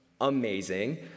amazing